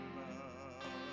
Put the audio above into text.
love